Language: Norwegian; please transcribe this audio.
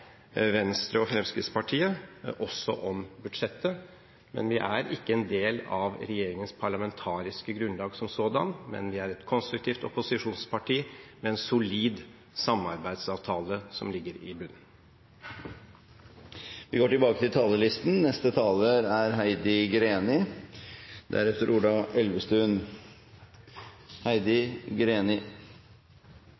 Venstre og Fremskrittspartiet også om budsjettet. Vi er ikke en del av regjeringens parlamentariske grunnlag som sådan, men vi er et konstruktivt opposisjonsparti med en solid samarbeidsavtale som ligger i bunn. Replikkordskiftet er omme. Regjeringen vil styrke lokaldemokratiet, heter det i regjeringsplattformen til